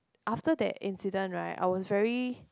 after that incident right I was very